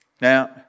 Now